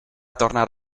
tornar